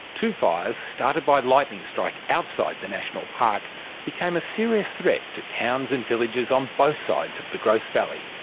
two fires started by lightning strike outside the national park became a serious threat to towns and villages on both sides of the grose valley.